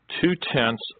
two-tenths